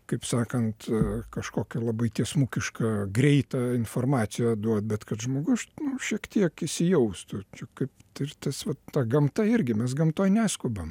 kaip sakant kažkokią labai tiesmukišką greitą informaciją duot bet kad žmogus šiek tiek įsijaustų čia kaip tai ir tas vat ta gamta irgi mes gamtoj neskubam